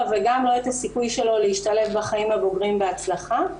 וגם לא את הסיכוי שלו להשתלב בחיים הבוגרים בהצלחה.